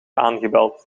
aangebeld